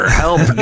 help